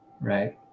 right